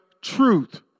truth